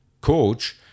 coach